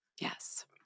Yes